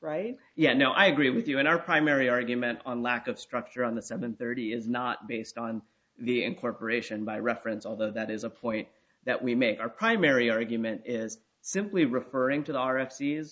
right yeah no i agree with you in our primary argument on lack of structure on the seven thirty is not based on the incorporation by reference although that is a point that we make our primary argument is simply referring to the